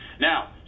Now